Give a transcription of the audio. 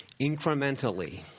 incrementally